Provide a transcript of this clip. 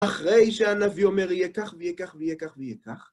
אחרי שהנביא אומר, יהיה כך, ויהיה כך, ויהיה כך, ויהיה כך...